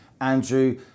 Andrew